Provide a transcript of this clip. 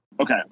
Okay